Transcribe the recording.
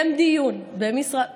כי הם כפופים לאיחוד